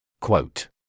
Quote